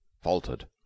faltered